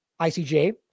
ICJ